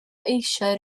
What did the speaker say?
eisiau